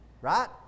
right